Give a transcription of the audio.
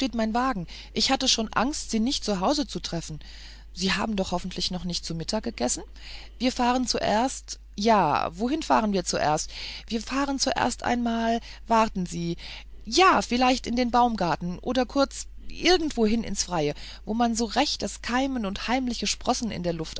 wagen ich hatte schon angst sie nicht zu hause zu treffen sie haben doch hoffentlich noch nicht zu mittag gegessen wir fahren zuerst ja wohin fahren wir zuerst wir fahren zuerst einmal warten sie ja vielleicht in den baumgarten oder kurz irgendwohin ins freie wo man so recht das keimen und heimliche sprossen in der luft